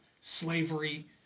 slavery